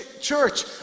church